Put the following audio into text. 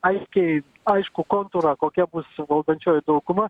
aiškiai aiškų kontūrą kokia bus valdančioji dauguma